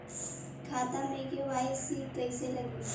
खाता में के.वाइ.सी कइसे लगी?